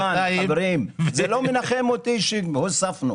חברים, זה לא מנחם אותי שהוספנו.